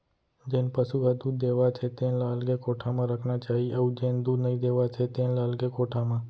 जेन पसु ह दूद देवत हे तेन ल अलगे कोठा म रखना चाही अउ जेन दूद नइ देवत हे तेन ल अलगे कोठा म